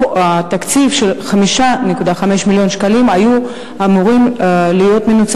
התקציב של 5.5 מיליון שקלים היה אמור להיות מנוצל